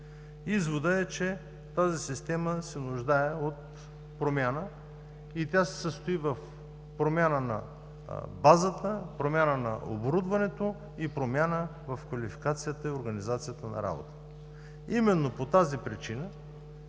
Изводът е, че тази система се нуждае от промяна и тя се състои в промяна на базата, промяна на оборудването и промяна в квалификацията и организацията на работа.